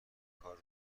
کار